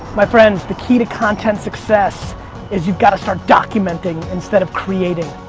my friends, the key to content success is you've got to start documenting instead of creating.